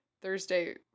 Thursday